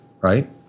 right